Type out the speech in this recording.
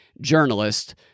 journalist